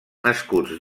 nascuts